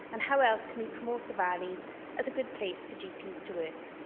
and how else can we promote the valleys as a good place for gps to work?